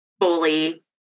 fully